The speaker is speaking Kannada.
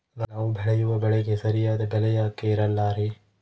ನಾವು ಬೆಳೆಯುವ ಬೆಳೆಗೆ ಸರಿಯಾದ ಬೆಲೆ ಯಾಕೆ ಇರಲ್ಲಾರಿ?